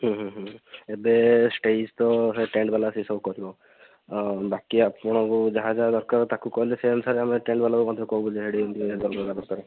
ହୁଁ ହୁଁ ହୁଁ ଏବେ ଷ୍ଟେଜ୍ ତ ଟେଣ୍ଟ୍ବାଲା ଆସି ସବୁ କରିବ ଆଉ ବାକି ଆପଣଙ୍କୁ ଯାହା ଯାହା ଦରକାର ତାକୁ କହିଲେ ସେ ଅନୁସାରେ ଆମେ ଟେଣ୍ଟ୍ବାଲାକୁ ମଧ୍ୟ କହିବୁ ବୋଲି ହେଇଟି ଏମ୍ତି ଭଲ କର